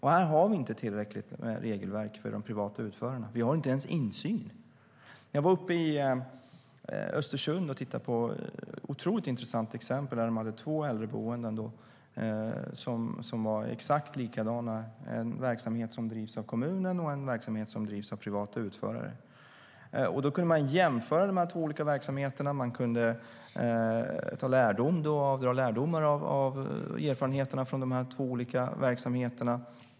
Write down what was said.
Här har vi inte tillräckligt med regelverk för de privata utförarna. Vi har inte ens insyn. Jag var uppe i Östersund och tittade på ett otroligt intressant exempel där man hade två äldreboenden som var exakt likadana. Den ena verksamheten drivs av kommunen, och den andra drivs av privata utförare. Då kunde man jämföra dessa två olika verksamheter. Man kunde dra lärdomar av erfarenheterna från dessa två olika verksamheter.